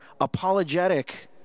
apologetic